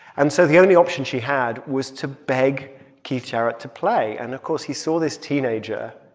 and so the only option she had was to beg keith jarrett to play. and of course, he saw this teenager,